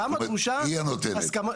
זאת אומרת, היא הנותנת.